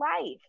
life